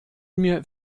mir